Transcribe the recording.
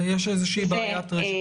יש הרי פרויקטור ספציפי